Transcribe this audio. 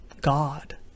God